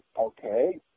okay